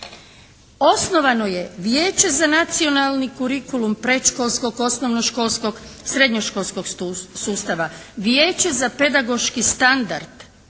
Osnovano je Vijeće za nacionalni curriculum predškolskog, osnovnoškolskog, srednjoškolskog sustava. Vijeće za pedagoški standard